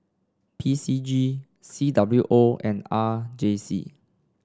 P C G C W O and R J C